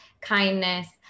kindness